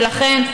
ולכן,